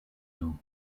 nhw